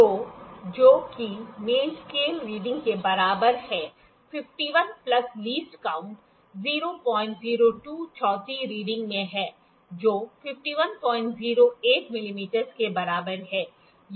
तो जो कि मेन स्केल रीडिंग के बराबर है 51 प्लस लीस्ट काऊंट 002 चौथी रीडिंग में है जो 5108 मिमी के बराबर है यह बाहरी डायमीटर है